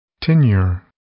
Tenure